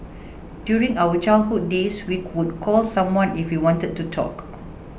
during our childhood days we would call someone if we wanted to talk